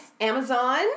Amazon